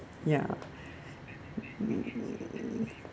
ya